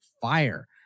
fire